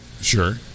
Sure